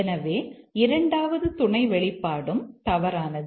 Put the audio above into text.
எனவே இரண்டாவது துணை வெளிப்பாடும் தவறானது